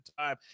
Time